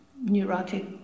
neurotic